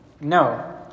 No